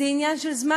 זה עניין של זמן,